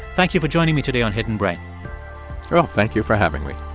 thank you for joining me today on hidden brain oh, thank you for having me